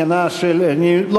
בעד ההסתייגות הזו.